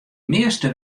measte